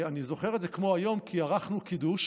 אני זוכר את זה כמו היום, כי ערכנו קידוש,